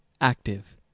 Active